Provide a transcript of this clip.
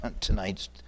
tonight's